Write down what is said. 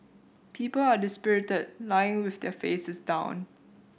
people are dispirited lying with their faces down